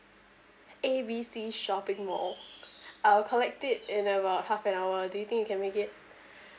A B C shopping mall I'll collect it in about half an hour do you think you can make it